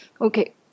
Okay